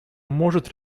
может